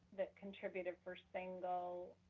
that contributed for single,